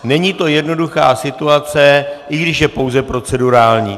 Není to jednoduchá situace, i když je pouze procedurální.